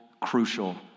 crucial